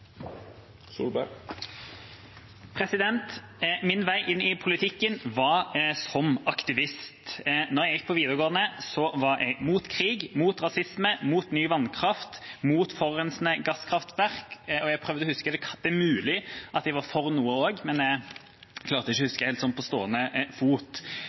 til. Min vei inn i politikken var som aktivist. Da jeg gikk på videregående, var jeg mot krig, mot rasisme, mot ny vannkraft, mot forurensende gasskraftverk. Det er mulig at jeg var for noe også, men jeg klarer ikke å huske det helt på stående fot.